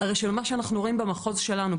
הרי שמה שאנחנו רואים במחוז שלנו,